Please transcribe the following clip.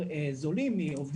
מקודם עוד